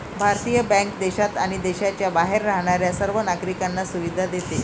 भारतीय बँक देशात आणि देशाच्या बाहेर राहणाऱ्या सर्व नागरिकांना सुविधा देते